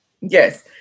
Yes